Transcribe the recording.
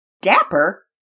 Dapper